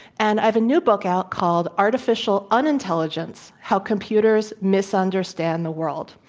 and i have a new book out called, artificial unintelligence how computers misunderstand the world.